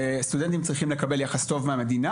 שסטודנטים צריכים לקבל יחס טוב מהמדינה,